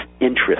interest